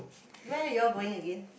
where you are going again